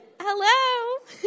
hello